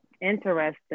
interesting